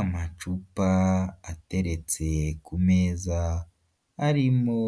Amacupa ateretse ku meza harimo